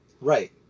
Right